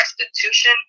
restitution